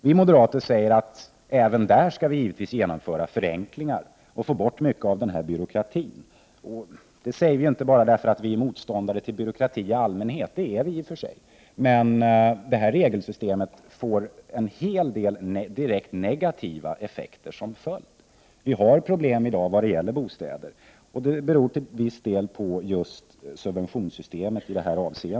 Vi moderater vill givetvis även i detta avseende genomföra förenklingar och ta bort mycket av byråkratin. Det vill vi göra inte bara därför att vi är motståndare till byråkrati i allmänhet, vilket vi i och för sig är, utan även därför att detta regelsystem får en hel del direkt negativa effekter. Vi har i dag problem med bostadsförsörjningen, och det beror till viss del just på subventionssystemet.